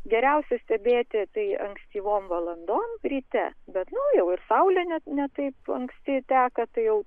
geriausia stebėti tai ankstyvom valandom ryte be na jau ir saulė nes ne taip anksti teka tai